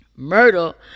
Myrtle